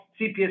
CPS